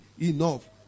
enough